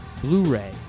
Blu-ray